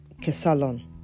Kesalon